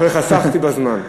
חסכתי בזמן.